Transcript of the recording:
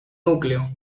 núcleo